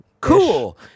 cool